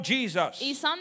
Jesus